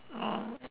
oh